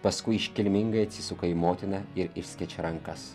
paskui iškilmingai atsisuka į motiną ir išskėčia rankas